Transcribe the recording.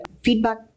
feedback